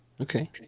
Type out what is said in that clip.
Okay